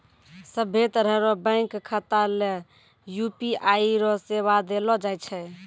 सभ्भे तरह रो बैंक खाता ले यू.पी.आई रो सेवा देलो जाय छै